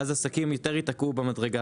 ואז עסקים יותר ייתקעו במדרגה.